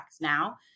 now